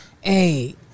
hey